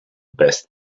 best